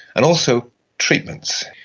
and also treatments.